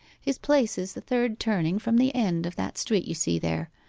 his place is the third turning from the end of that street you see there.